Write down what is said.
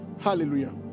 Hallelujah